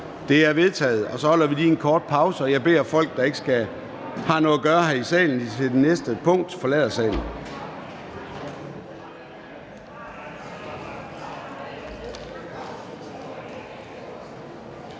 Det er vedtaget. Så holder vi lige en kort pause, og jeg beder dem, der ikke har noget at gøre her i salen til det næste punkt, om at forlade salen.